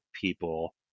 people